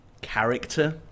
character